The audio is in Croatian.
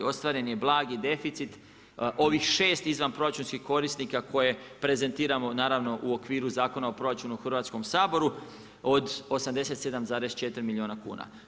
Ostvareni je blagi deficit, ovih 6 izvanproračunskih korisnika koje prezentiramo naravno u okviru Zakona o proračunu u Hrvatskom saboru od 87,4 milijuna kuna.